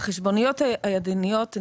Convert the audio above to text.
החשבוניות הידניות,